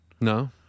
no